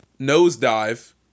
Nosedive